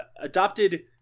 adopted